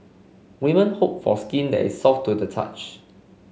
women hope for skin that is soft to the touch